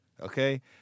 Okay